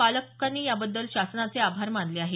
पालकांनी याबद्दल शासनाचे आभार मानले आहेत